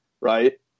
right